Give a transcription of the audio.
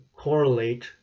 correlate